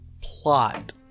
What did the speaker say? plot